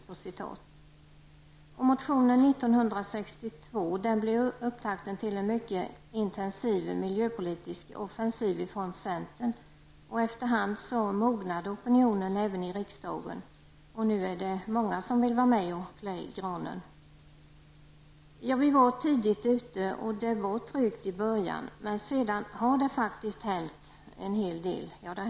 Denna motion från 1962 blev upptakten till en mycket intensiv miljöpolitisk offensiv från centern. Efter hand mognade även opinionen i riksdagen, och nu är det många som vill vara med och klä granen. Vi var tidigt ute, och det var trögt i början, men under senare år har det faktiskt hänt en hel del.